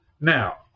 Now